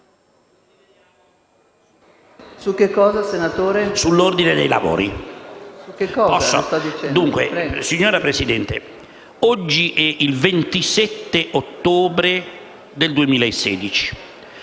Signora Presidente, oggi è il 27 ottobre 2016,